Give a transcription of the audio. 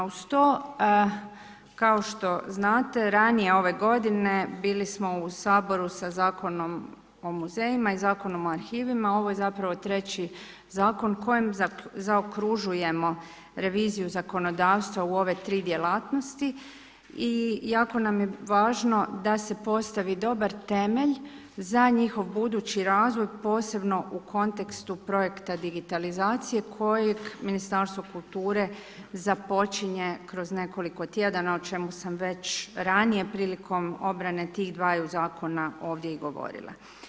Uz to, kao što znate, ranije ove godine bili smo u Saboru sa Zakonom o muzejima i Zakonom o arhivima, ovo je zapravo treći zakon kojim zaokružujemo reviziju zakonodavstva u ove tri djelatnosti i jako nam je važno da se postavi dobar temelj za njihov budući razvoj, posebno u kontekstu projekta digitalizacije kojeg Ministarstvo kulture započinje kroz nekoliko tjedana o čemu sam već ranije prilikom obrane tih dvaju zakona ovdje i govorila.